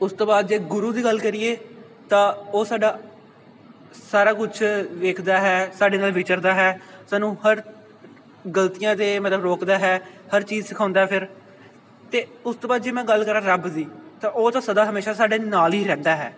ਉਸ ਤੋਂ ਬਾਅਦ ਜੇ ਗੁਰੂ ਦੀ ਗੱਲ ਕਰੀਏ ਤਾਂ ਉਹ ਸਾਡਾ ਸਾਰਾ ਕੁਛ ਵੇਖਦਾ ਹੈ ਸਾਡੇ ਨਾਲ ਵਿਚਰਦਾ ਹੈ ਸਾਨੂੰ ਹਰ ਗਲਤੀਆਂ 'ਤੇ ਮਤਲਬ ਰੋਕਦਾ ਹੈ ਹਰ ਚੀਜ਼ ਸਿਖਾਉਂਦਾ ਫਿਰ ਅਤੇ ਉਸ ਤੋਂ ਬਾਅਦ ਜੇ ਮੈਂ ਗੱਲ ਕਰਾਂ ਰੱਬ ਦੀ ਤਾਂ ਉਹ ਤਾਂ ਸਦਾ ਹਮੇਸ਼ਾਂ ਸਾਡੇ ਨਾਲ ਹੀ ਰਹਿੰਦਾ ਹੈ